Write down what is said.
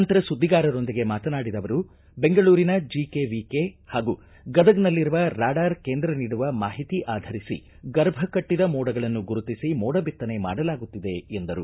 ನಂತರ ಸುದ್ದಿಗಾರರೊಂದಿಗೆ ಮಾತನಾಡಿದ ಅವರು ಬೆಂಗಳೂರಿನ ಜಿಕೆವಿಕೆ ಹಾಗೂ ಗದಗನಲ್ಲಿರುವ ರಾಡಾರ್ ಕೇಂದ್ರ ನೀಡುವ ಮಾಹಿತಿ ಆಧರಿಸಿ ಗರ್ಭ ಕಟ್ಟದ ಮೋಡಗಳನ್ನು ಗುರುತಿಸಿ ಮೋಡ ಬಿತ್ತನೆ ಮಾಡಲಾಗುತ್ತಿದೆ ಎಂದರು